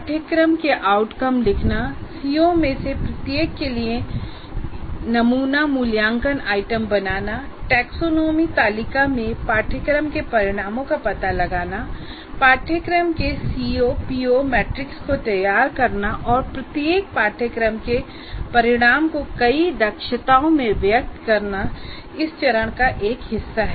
पाठ्यक्रम के आउटकम लिखना सीओ में से प्रत्येक के लिए नमूना मूल्यांकन आइटम बनाना टैक्सोनॉमी तालिका में पाठ्यक्रम के परिणामों का पता लगाना पाठ्यक्रम के सीओ पीओ मैट्रिक्स को तैयार करना और प्रत्येक पाठ्यक्रम के परिणाम को कई दक्षताओं में वयक्त करना इस चरण का एक हिस्सा है